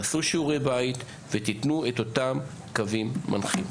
תעשו שיעורי בית, ותתנו את אותם קווים מנחים.